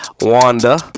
Wanda